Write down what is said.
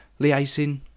liaising